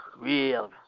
Real